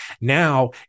Now